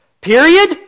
Period